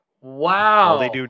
Wow